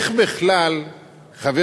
חבר